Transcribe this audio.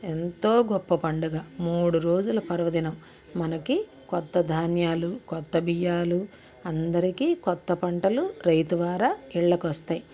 ఎంతో గొప్ప పండుగ మూడు రోజుల పర్వదినం మనకి కొత్త ధాన్యాలు కొత్త బియ్యాలు అందరికీ కొత్త పంటలు రైతువార ఇళ్ళకొస్తాయి